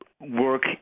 work